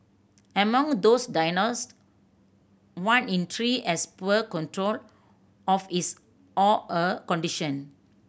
among those diagnosed one in three has poor control of his or her condition